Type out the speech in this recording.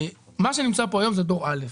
מה שנמצא פה היום זה דור א'.